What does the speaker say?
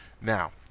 now